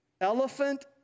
elephant